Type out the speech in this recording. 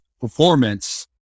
performance